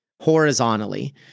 horizontally